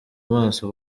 amaso